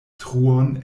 truon